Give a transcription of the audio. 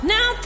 Now